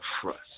trust